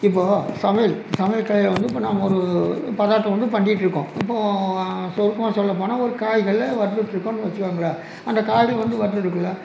இப்போ சமையல் சமையல் கலையில் வந்து இப்போ நாம ஒரு பதாட்டம் வந்து பண்டிட்டுருக்கோம் இப்போ சுருக்கமாக சொல்ல போனால் ஒரு காய்களில் வறுத்துட்டுருக்கோன் வச்சிக்கோங்களேன் அந்த காய்கள் வந்து வறுத்துட்டுருக்கையில